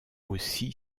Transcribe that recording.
aussi